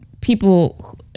people